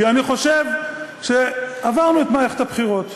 כי אני חושב שעברנו את מערכת הבחירות,